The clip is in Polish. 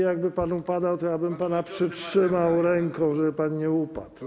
Jakby pan upadał, to ja bym pana przytrzymał ręką, żeby pan nie upadł.